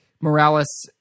Morales